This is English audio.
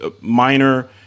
minor